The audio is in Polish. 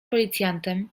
policjantem